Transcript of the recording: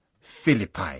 Philippi